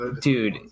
dude